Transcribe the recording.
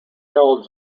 held